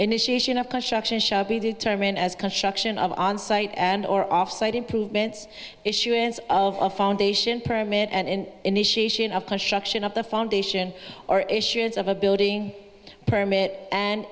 initiation of construction shall be determined as construction of on site and or off site improvements issuance of a foundation permit and initiation of construction of the foundation or issuance of a building permit and